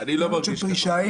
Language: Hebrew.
זאת התנהגות של פרישה.